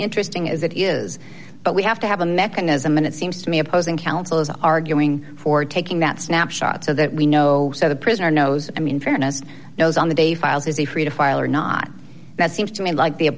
interesting as it is but we have to have a mechanism and it seems to me opposing counsel is arguing for taking that snapshot so that we know the prisoner knows i mean fairness on the day files is a free to file or not that seems to me like the